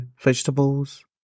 vegetables